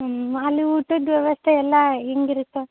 ಹ್ಞೂ ಅಲ್ಲಿ ಊಟದ ವ್ಯವಸ್ಥೆ ಎಲ್ಲ ಹೇಗಿರುತ್ತೆ